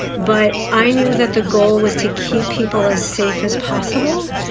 but i knew that the goal was to keep people as safe as possible,